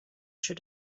should